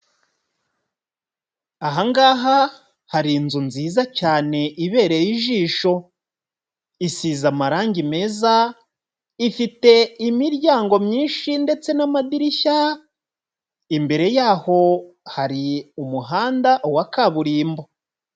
Aha ngaha hari inzu nziza cyane ibereye ijisho. Isize amarangi meza, ifite imiryango myinshi ndetse n'amadirishya, imbere yaho hari umuhanda wa kaburimbo.